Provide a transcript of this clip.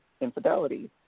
infidelity